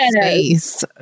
space